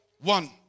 One